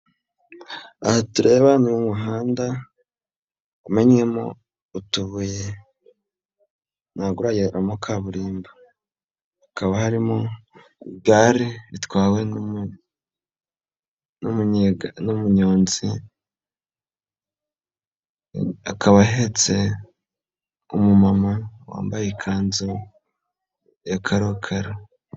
Aha tureba ni umuhanda umennyemo utubuye ntabwo urayeramo kaburimbo hakaba harimo igare ritwawe n'umunyonzi akaba ahetse umumama wambaye ikanzu ya karokaro.